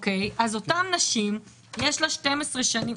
אז לאותן נשים יש 12 שנים.